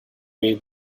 way